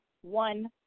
one